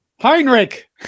Heinrich